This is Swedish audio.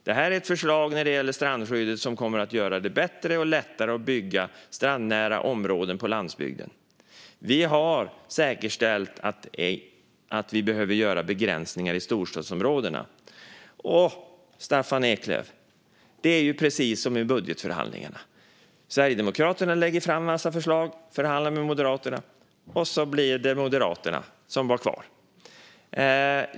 Det är ett förslag när det gäller strandskyddet som kommer att göra det bättre och lättare att bygga strandnära områden på landsbygden. Vi har säkerställt att vi behöver begränsningar i storstadsområdena. Det är precis, Staffan Eklöf, som i budgetförhandlingarna. Sverigedemokraterna lägger fram en massa förslag, förhandlar med Moderaterna, och så blir det Moderaternas förslag som är kvar.